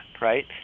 right